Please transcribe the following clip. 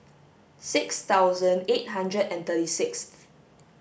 six thousand eight hundred and thirty sixth